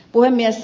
puhemies